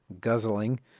guzzling